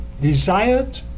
desired